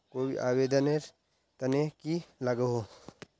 कोई आवेदन नेर तने की लागोहो?